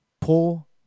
Pull